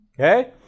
okay